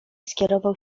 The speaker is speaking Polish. skierował